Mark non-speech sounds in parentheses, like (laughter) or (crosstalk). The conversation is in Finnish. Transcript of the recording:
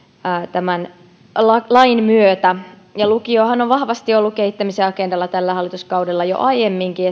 tämän lain myötä lukiohan on vahvasti ollut kehittämisen agendalla tällä hallituskaudella jo aiemminkin (unintelligible)